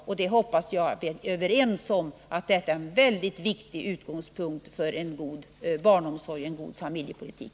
Jag hoppas att vi är överens om att det är en mycket viktig utgångspunkt för en god barnomsorg och en god familjepolitik.